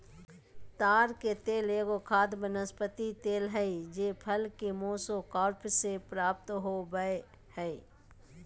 ताड़ के तेल एगो खाद्य वनस्पति तेल हइ जे फल के मेसोकार्प से प्राप्त हो बैय हइ